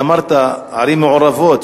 אמרת "ערים מעורבות",